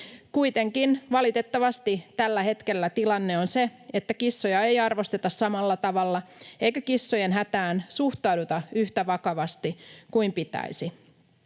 Kuitenkin valitettavasti tällä hetkellä tilanne on se, että kissoja ei arvosteta samalla tavalla eikä kissojen hätään suhtauduta yhtä vakavasti kuin pitäisi.